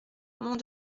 mont